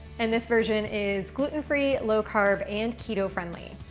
and this version is gluten-free low carb and keto-friendly.